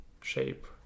shape